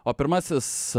o pirmasis